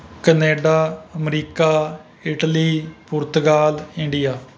Canada America Italy Portugal India